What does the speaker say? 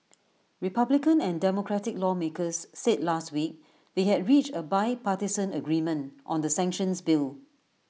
republican and democratic lawmakers said last week they had reached A bipartisan agreement on the sanctions bill